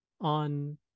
on